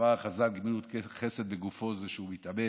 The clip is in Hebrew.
במאמר חז"ל גמילות חסד מגופו זה שהוא מתאמץ,